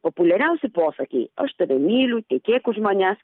populiariausi posakiai aš tave myliu tekėk už manęs